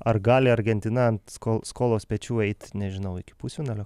ar gali argentina sko skolos pečių eit nežinau iki pusfinalio